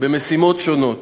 במשימות שונות.